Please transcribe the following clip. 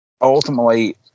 ultimately